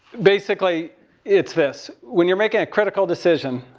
basically it's this. when you're making a critical decision,